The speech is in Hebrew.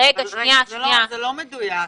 זה לא מדויק.